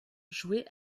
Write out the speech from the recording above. joués